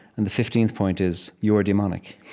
and the fifteenth point is, you're demonic.